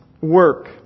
work